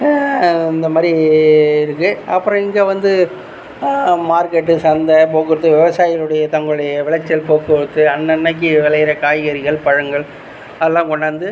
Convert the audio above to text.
இந்தமாதிரி இருக்குது அப்புறம் இங்கே வந்து மார்க்கெட் சந்தை போக்குவரத்து விவசாயிகளுடைய தங்களுடைய விளைச்சல் போக்குரவத்து அன்னன்னக்கு விளையிற காய்கறிகள் பழங்கள் அதெலாம் கொண்டாந்து